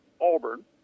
Auburn